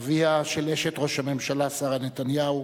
אביה של אשת ראש הממשלה שרה נתניהו,